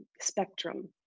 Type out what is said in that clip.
spectrum